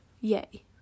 yay